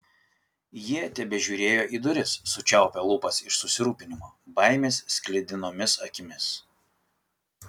jie tebežiūrėjo į duris sučiaupę lūpas iš susirūpinimo baimės sklidinomis akimis